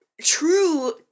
true